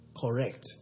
correct